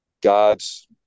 God's